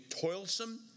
toilsome